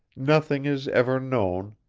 nothing is ever known,